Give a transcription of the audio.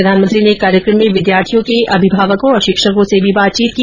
प्रधानमंत्री ने कार्यक्रम में विद्यार्थियों के अभिभावकों और शिक्षकों से भी बातचीत की